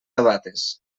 sabates